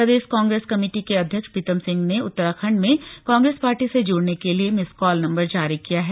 प्रदेश Congress committee के अध्यक्ष प्रीतम सिंह ने उत्तराखण्ड में कांग्रेस पार्टी से जुड़ने के लिए मिस कॉल नम्बर जारी किया है